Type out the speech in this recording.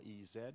EZ